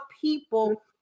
people